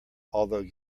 although